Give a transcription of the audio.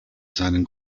seinen